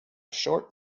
short